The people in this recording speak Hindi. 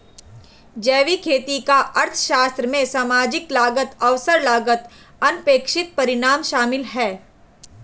जैविक खेती का अर्थशास्त्र में सामाजिक लागत अवसर लागत अनपेक्षित परिणाम शामिल है